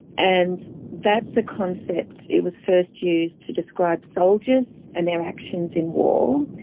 and that's the concept, it was first used to describe soldiers and their actions in war.